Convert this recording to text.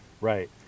Right